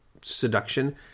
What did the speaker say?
seduction